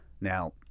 Now